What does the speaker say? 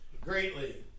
greatly